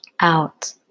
out